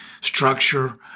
structure